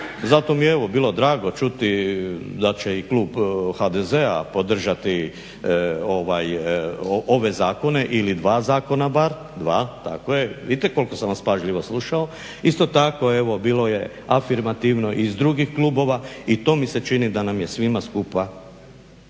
zato mi je bilo drago čuti da će i klub HDZ-a podržati ove zakone ili dva zakona bar, dva, tako je, vidite koliko sam vas pažljivo slušao, isto tako bilo je afirmativno iz drugih klubova i to mi se čini da nam je svima skupa